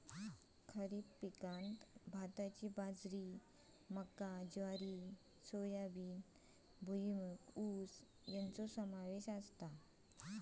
खरीप पिकांत भाताची बाजरी मका ज्वारी सोयाबीन भुईमूग ऊस याचो समावेश असता